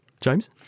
james